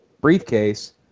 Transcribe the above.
briefcase